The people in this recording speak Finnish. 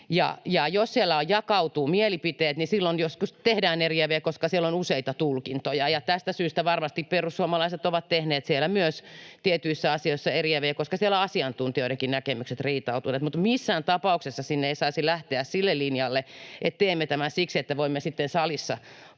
Jos siellä jakautuvat mielipiteet, niin silloin joskus tehdään eriäviä, koska siellä on useita tulkintoja, ja tästä syystä varmasti perussuomalaiset ovat tehneet siellä tietyissä asioissa myös eriäviä, koska siellä ovat asiantuntijoidenkin näkemykset riitautuneet. Mutta missään tapauksessa siellä ei saisi lähteä sille linjalle, että teemme tämän siksi, että voimme sitten